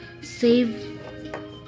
save